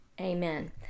amen